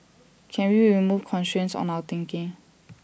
can we remove constraints on our thinking